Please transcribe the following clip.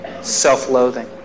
self-loathing